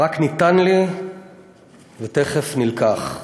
רק ניתן לי ותכף נלקח.